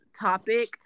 topic